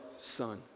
son